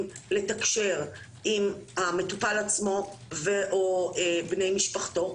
לתקשר עם המטופל עצמו ו/או בני משפחתו.